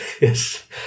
yes